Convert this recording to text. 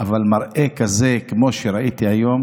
אבל מראה כזה כמו שראיתי היום